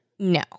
No